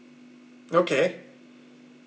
okay